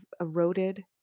eroded